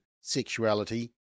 sexuality